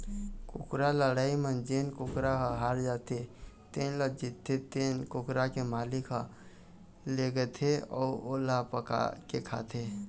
कुकरा लड़ई म जेन कुकरा ह हार जाथे तेन ल जीतथे तेन कुकरा के मालिक ह लेगथे अउ ओला पकाके खाथे